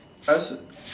I also